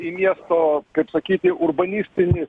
į miesto kaip sakyti urbanistinį